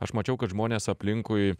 aš mačiau kad žmonės aplinkui